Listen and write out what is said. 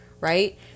right